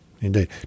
Indeed